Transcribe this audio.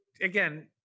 again